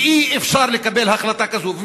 שאי-אפשר לקבל החלטה כזאת,